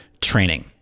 training